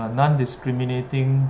non-discriminating